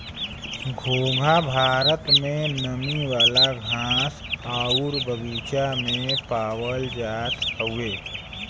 घोंघा भारत में नमी वाला घास आउर बगीचा में पावल जात हउवे